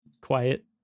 quiet